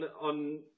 on